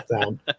down